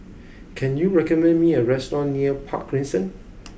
can you recommend me a restaurant near Park Crescent